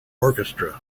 orchestra